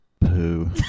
poo